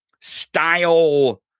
style